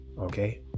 okay